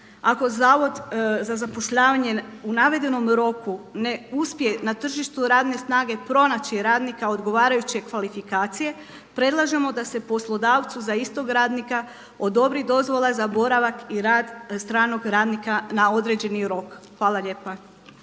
Ako zavod za zapošljavanje u navedenom roku ne uspije na tržištu radne snage pronaći radnika odgovarajuće kvalifikacije predlažemo da se poslodavcu za istog radnika odobri dozvola za boravak i rad stranog radnika na određeni rok. Hvala lijepa.